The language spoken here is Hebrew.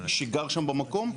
שגר שם במקום,